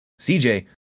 CJ